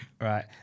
Right